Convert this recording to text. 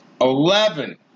Eleven